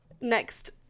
next